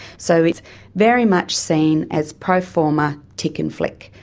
so it's very much seen as pro-forma tick'n'flick.